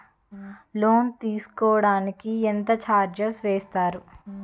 Loan తీసుకోడానికి ఎంత charges వేస్తారు?